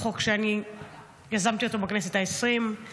הוא חוק שאני יזמתי אותו בכנסת העשרים-ושלוש,